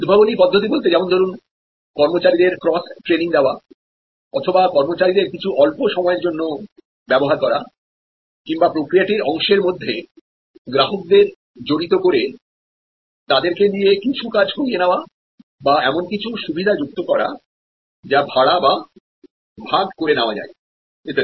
উদ্ভাবনী পদ্ধতি বলতে যেমন ধরুন কর্মচারীদের ক্রস ট্রেনিং দেওয়া অথবা কর্মচারীদের কিছু অল্প সময়ের জন্য ব্যবহার করা কিংবা প্রক্রিয়াটির অংশের মধ্যে গ্রাহকদের জড়িত করে তাদেরকে দিয়ে কিছু কাজ করিয়ে নেওয়া বা এমন কিছু সুবিধা যুক্ত করাযা ভাড়া বা ভাগ করে নেওয়া যায় ইত্যাদি